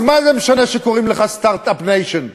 אז מה זה משנה שקוראים לך Start-up Nation?